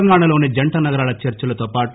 తెలంగాణలోని జంటనగరాల చర్చిలతో పాటు